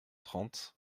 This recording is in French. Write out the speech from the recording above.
trente